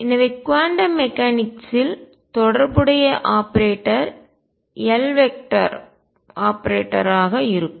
எனவே quantum mechanics ல் இயக்கவியலில் தொடர்புடைய ஆபரேட்டர் Loperator ஆக இருக்கும்